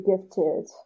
gifted